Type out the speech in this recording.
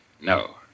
No